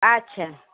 আচ্ছা